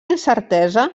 incertesa